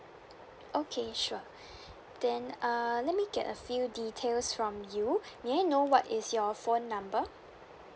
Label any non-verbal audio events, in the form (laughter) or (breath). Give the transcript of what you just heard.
okay sure (breath) then uh let me get a few details from you may I know what is your phone number